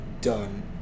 done